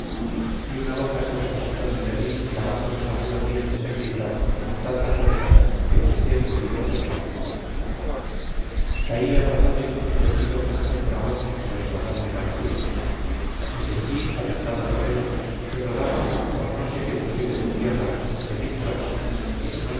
y una boca se precipitó sobre mí clavando sus agudos dientes en mi brazo con tanta fuerza que lancé un grito de dolor caí abrazado y constreñido por aquel dragón pues dragón me parecía me sentí apretado por él y rodamos por no sé qué declives de tierra entre mil cuerpos los unos